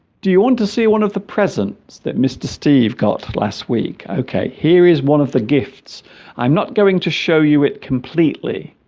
do you want to see one of the presents that mr. steve got last week ok here is one of the gifts i'm not going to show you it completely